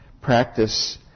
practice